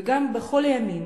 וגם בכל הימים,